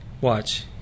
watch